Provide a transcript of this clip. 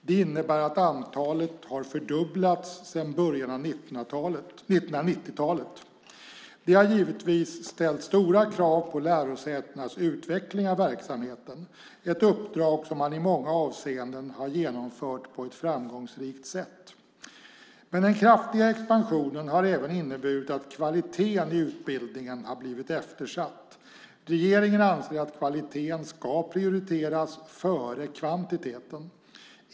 Det innebär att antalet har fördubblats sedan början av 1990-talet. Det har givetvis ställt stora krav på lärosätenas utveckling av verksamheten - ett uppdrag som man i många avseenden har genomfört på ett framgångsrikt sätt. Men den kraftiga expansionen har även inneburit att kvaliteten i utbildningen har blivit eftersatt. Regeringen anser att kvalitet ska prioriteras före kvantitet.